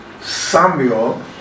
Samuel